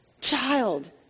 child